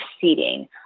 seating